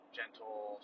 gentle